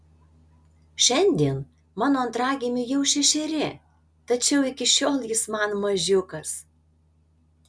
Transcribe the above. šiandien mano antragimiui jau šešeri tačiau iki šiol jis man mažiukas